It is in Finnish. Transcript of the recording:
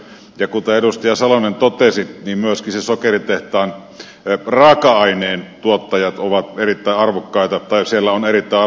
kuten edustaja salonen totesi myös sen sokeritehtaan raaka aineen tuottajat ovat erittäin arvokkaita tai siellä on erittäin arvokkaita työpaikkoja